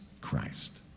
Christ